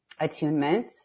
attunement